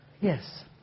Yes